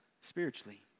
spiritually